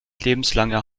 lebenslange